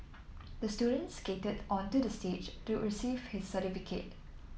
the student skated onto the stage to receive his certificate